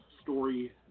story